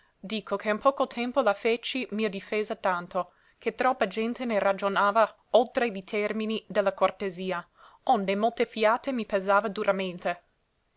dico che in poco tempo la feci mia difesa tanto che troppa gente ne ragionava oltre li termini de la cortesia onde molte fiate mi pesava duramente